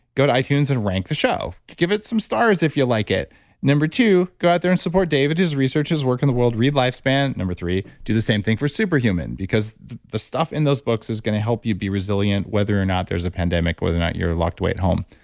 go to itunes and rank the show. give it some stars if you like it number two, go out there and support david, his research, his work in the world, read lifespan. number three, do the same thing for superhuman because the stuff in those books is going to help you be resilient whether or not there's a pandemic, whether or not you're locked away at home.